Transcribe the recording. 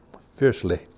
fiercely